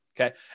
okay